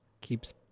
keeps